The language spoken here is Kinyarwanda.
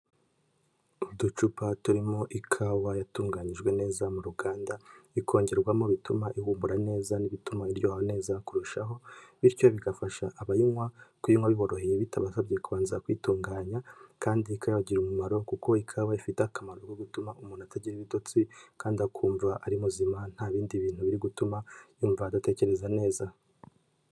Uducupa turimo ikawa yatunganyijwe neza mu ruganda, ikongerwamo bituma ihumura neza n'ibituma iryoha neza kurushaho, bityo bigafasha abayinywa kuyinywa biboroheye bitabasabye kubanza kuyitunganya, kandi ikaba yabagirira umumaro kuko ikawa ifite akamaro ko gutuma umuntu atagira ibitotsi, kandi akumva ari muzima nta bindi bintu biri gutuma yumva adatekereza neza.